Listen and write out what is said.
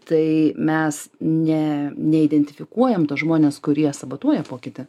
tai mes ne neidentifikuojam tuos žmones kurie sabotuoja pokytį